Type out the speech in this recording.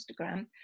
Instagram